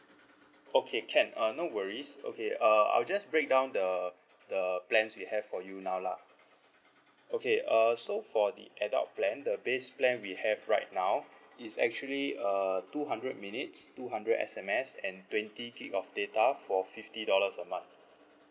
okay can uh no worries okay uh I'll just break down the the plans we have for you now lah okay uh so for the adult plan the base plan we have right now is actually uh two hundred minutes two hundred S_M_S and twenty gig of data for fifty dollars a month